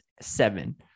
seven